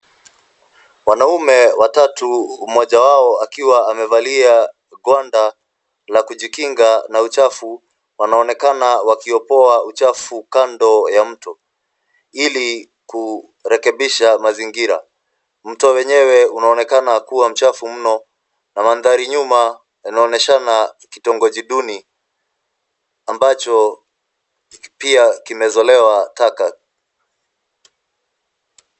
Wanaume watatu moja wao akiwa amevalia gwanda la kujikinga na uchafu wanaonekana wakiopoa uchafu kando ya mto ili kurekebisha mazingira. Mto wenyewe unaonekana kuwa mchafu mno na mandhari nyuma yanaonyeshana kitongoji duni ambacho pia kimezolewa taka.